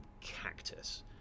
cactus